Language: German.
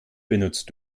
benutzt